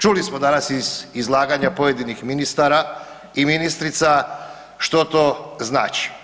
Čuli smo danas iz izlaganja pojedinih ministara i ministrica što to znači.